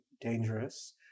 dangerous